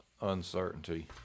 uncertainty